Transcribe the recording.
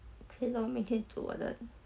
okay lor 明天煮我的